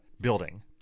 building